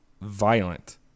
violent